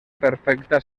perfecta